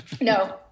No